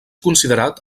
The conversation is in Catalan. considerat